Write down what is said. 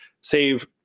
save